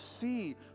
see